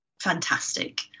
fantastic